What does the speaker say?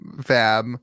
Fab